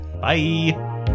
bye